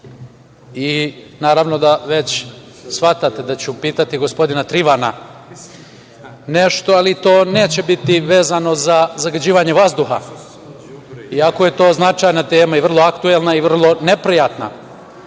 da već shvatate da ću pitati gospodina Trivana nešto, ali to neće biti vezano za zagađivanje vazduha, iako je to značajna tema i vrlo aktuelna i vrlo neprijatna,